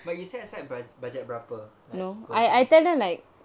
bagi set aside bu~ budget berapa like berapa duit